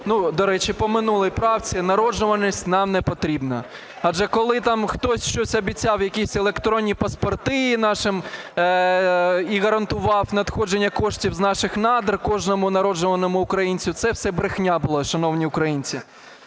До речі, по минулій правці – народжуваність нам не потрібна. Адже коли там хтось щось обіцяв, якісь електронні паспорти нашим і гарантував надходження коштів з наших надр кожному народжуваному українцю – це все брехня була, шановні українці.